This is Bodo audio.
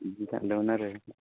बिदि सानदोंमोन आरो